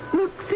look